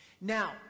Now